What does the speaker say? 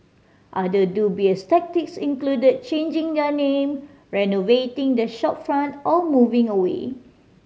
other dubious tactics included changing their name renovating the shopfront or moving away